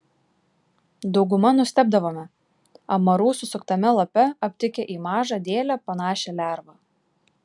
dauguma nustebdavome amarų susuktame lape aptikę į mažą dėlę panašią lervą